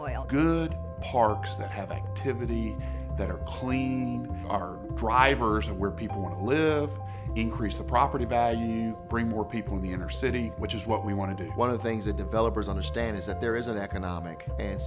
oil good parks that have activity that are clean are drivers of where people live increase the property value bring more people in the inner city which is what we want to do one of the things the developers understand is that there is an economic and